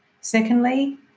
Secondly